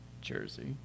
jersey